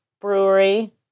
brewery